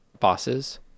bosses